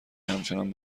همچنان